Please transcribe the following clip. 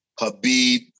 Habib